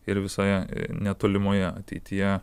ir visoje netolimoje ateityje